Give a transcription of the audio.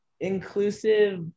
inclusive